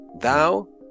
Thou